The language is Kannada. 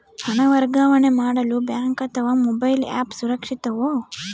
ಹಣ ವರ್ಗಾವಣೆ ಮಾಡಲು ಬ್ಯಾಂಕ್ ಅಥವಾ ಮೋಬೈಲ್ ಆ್ಯಪ್ ಸುರಕ್ಷಿತವೋ?